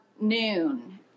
noon